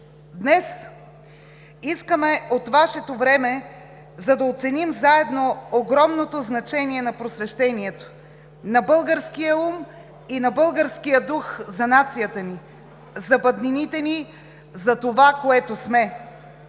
Днес искаме от Вашето време, за да оценим заедно огромното значение на просвещението, на българския ум и на българския дух за нацията ни, за бъднините ни, за това, което сме.